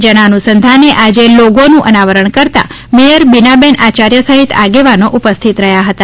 જેના અનુસંધાને આજ રોજ લોગોનું અનાવરણ કરતા મેથર બિનાબેન આયાર્થ સહિત આગેવાનો ઉપસ્થિત રહ્યા હતા